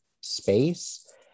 space